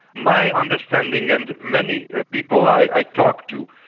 my understanding and many people i talk to,